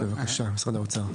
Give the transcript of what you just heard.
בבקשה משרד האוצר.